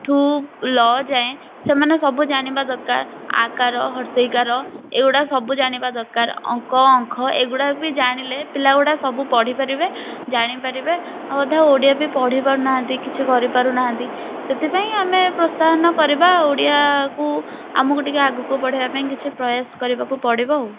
ଠୁ ଲ ଯାଏଁ ସେମାନେ ସବୁ ଜାଣିବା ଦରକାର ଆ କାର ହର୍ସେଇ କାର ଏଗୁଡ଼ା ସବୁ ଜାଣିବା ଦରକାର ଅଙ୍କ ଅଙ୍ଖ ଏଗୁଡ଼ା ବି ଜାଣିଲେ ପିଲାଗୁଡ଼ା ସବୁ ପଢ଼ି ପାରିବେ ଜାଣି ପାରିବେ ଆଉ ଅଧା ଓଡ଼ିଆ ବି ପଢ଼ି ପାରୁନାହାନ୍ତି କିଛି କରି ପାରୁନାହାନ୍ତି ସେଥିପାଇଁ ଆମେ ପ୍ରୋତ୍ସାହନ କରିବା ଓଡ଼ିଆକୁ ଆମକୁ ଟିକେ ଆଗକୁ ବଢ଼େଇବା ପାଇଁ କିଛି ପ୍ରୟାସ କରିବାକୁ ପାଇଁ ପଡ଼ିବ ଆଉ